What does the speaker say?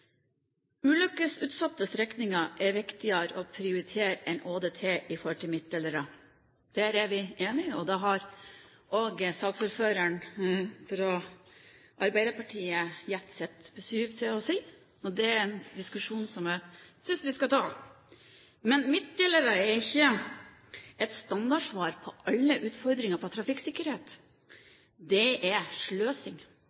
Ulykkesutsatte strekninger er viktigere å prioritere enn ÅDT i forhold til midtdelere. Der er vi enige, og der har også saksordføreren fra Arbeiderpartiet gitt sitt besyv med, og det er en diskusjon som jeg synes vi skal ta. Men midtdelere er ikke et standardsvar på alle utfordringer på